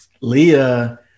Leah